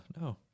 No